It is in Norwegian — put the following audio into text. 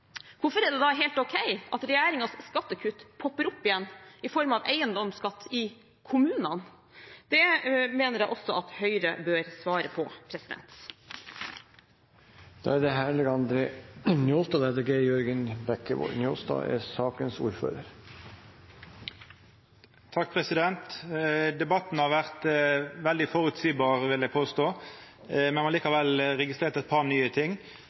hvorfor er det da helt ok at regjeringens skattekutt «popper opp» igjen i form av eiendomsskatt i kommunene? Det mener jeg også at Høyre bør svare på. Debatten har vore veldig føreseieleg, vil eg påstå. Me har likevel registrert eit par nye ting,